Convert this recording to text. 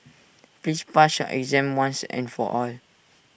please pass your exam once and for all